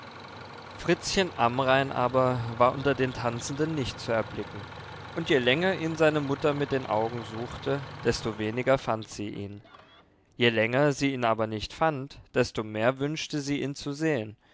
fritzchen amrain aber war unter den tanzenden nicht zu erblicken und je länger ihn seine mutter mit den augen suchte desto weniger fand sie ihn je länger sie ihn aber nicht fand desto mehr wünschte sie ihn zu sehen